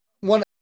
one